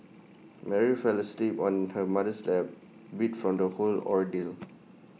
Mary fell asleep on her mother's lap beat from the whole ordeal